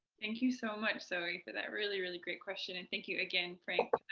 thank you so much zoe for that really, really great question. and thank you again, frank,